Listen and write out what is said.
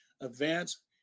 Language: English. events